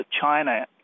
China